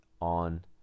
on